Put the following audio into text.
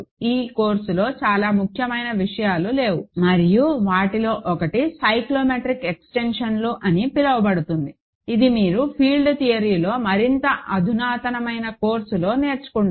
ఈ కోర్సులో చాలా ముఖ్యమైన విషయాలు లేవు మరియు వాటిలో ఒకటి సైక్లోటోమిక్ ఎక్స్టెన్షన్స్ అని పిలువబడుతుంది ఇది మీరు ఫీల్డ్ థియరీలో మరింత అధునాతనమైన కోర్సులో నేర్చుకుంటారు